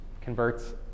converts